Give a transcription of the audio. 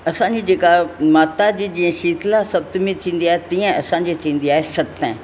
असांजी जेका माता जी जीअं शीतला सप्तमी थींदी आहे तीअं असांजी थींदी आहे सतैं